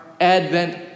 advent